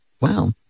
Wow